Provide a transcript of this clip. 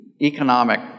economic